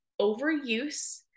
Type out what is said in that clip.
overuse